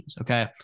okay